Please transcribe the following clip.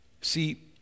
See